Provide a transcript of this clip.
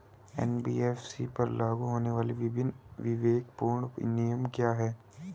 NBFC पर लागू होने वाले विभिन्न विवेकपूर्ण नियम क्या हैं?